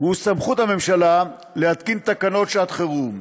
הוא סמכות הממשלה להתקין תקנות שעת חירום.